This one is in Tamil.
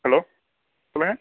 ஹலோ சொல்லுங்க